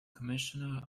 commissioner